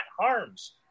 Harms